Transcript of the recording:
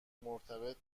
مرتبط